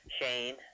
Shane